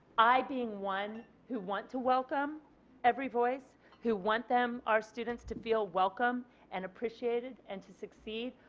i being one who want to welcome every voice who want them, our students to feel welcome and appreciated and to succeed.